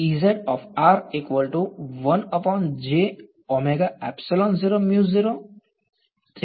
વિદ્યાર્થી